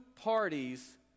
parties